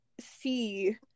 see